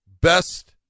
best